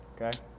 Okay